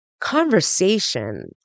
conversation